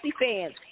fans